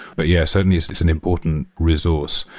but, yeah, certainly it's it's an important resource.